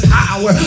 power